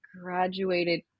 graduated